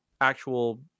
actual